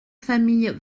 familles